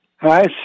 Hi